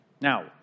Now